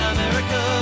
America